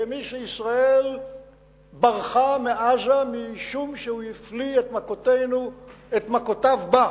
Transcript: שישראל ברחה מעזה משום שהוא הפליא את מכותיו בה.